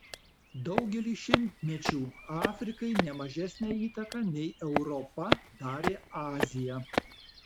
daugelį šimtmečių afrikai ne mažesnę įtaką nei europa darė azija